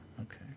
Okay